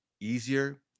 easier